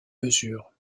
mesures